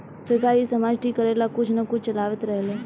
सरकार इ समाज ठीक करेला कुछ न कुछ चलावते रहेले